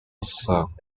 served